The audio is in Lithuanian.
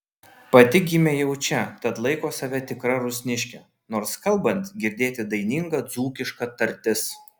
pati gimė jau čia tad laiko save tikra rusniške nors kalbant girdėti daininga dzūkiška tartis